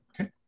Okay